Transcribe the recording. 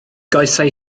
goesau